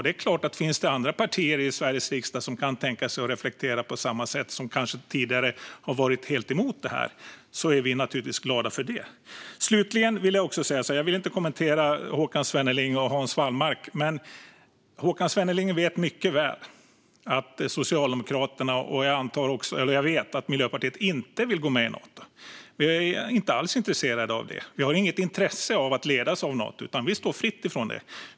Det är klart att om det finns andra partier i Sveriges riksdag som kan tänka sig att reflektera på samma sätt, och som kanske tidigare har varit helt emot detta, är vi naturligtvis glada för det. Slutligen: Jag vill inte kommentera vad Håkan Svenneling sa om Hans Wallmark. Men Håkan Svenneling vet mycket väl att Socialdemokraterna och Miljöpartiet inte vill gå med i Nato. Vi är inte alls intresserade av det. Vi har inget intresse av att ledas av Nato. Vi står fritt från det.